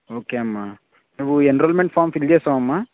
ఓకేమ్మా నువ్వు enrolment form fill చేసావా అమ్మా